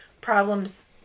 problems